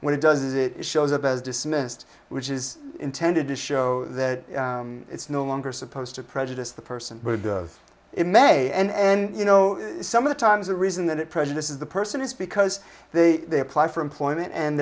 when it does it shows up as dismissed which is intended to show that it's no longer supposed to prejudice the person but it may end and you know some of the times the reason that it prejudice is the person is because they apply for employment and